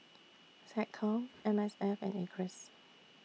Seccom M S F and Acres